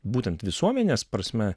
būtent visuomenės prasme